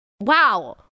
wow